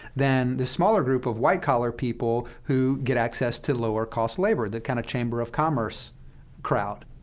than the smaller group of white-collar people, who get access to lower-cost labor, the kind of chamber of commerce crowd,